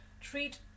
treat